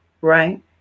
right